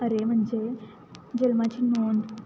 अरे म्हणजे जन्माची नोंद